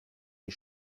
die